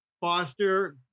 Foster